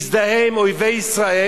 ותזדהה עם אויבי ישראל